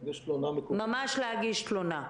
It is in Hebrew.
ממש להגיש תלונה.